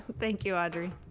thank you, audrey.